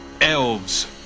Elves